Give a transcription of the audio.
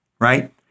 right